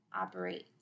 operates